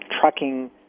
trucking